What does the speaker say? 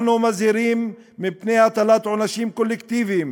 אנחנו מזהירים מפני הטלת עונשים קולקטיביים